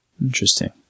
Interesting